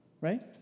Right